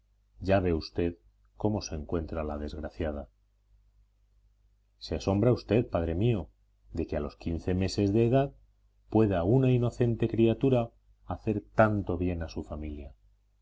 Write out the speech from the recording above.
ya ve usted cómo se encuentra la desgraciada se asombra usted padre mío de que a los quince meses de edad pueda una inocente criatura hacer tanto bien a su familia